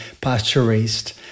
pasture-raised